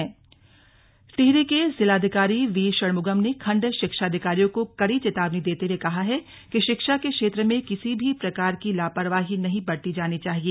slug बैठक टिहरी टिहरी के जिलाधिकारी वी षणमुगम ने खण्ड शिक्षा अधिकारियों को कड़ी चेतावनी देते हुए कहा है कि शिक्षा के क्षेत्र में किसी भी प्रकार की लापरवाही नहीं बरती जानी चाहिए